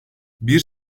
bir